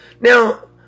Now